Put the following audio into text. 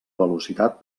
velocitat